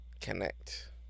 Connect